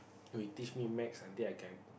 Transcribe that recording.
who teach me maths until I can